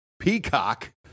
Peacock